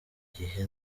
gihe